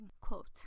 quote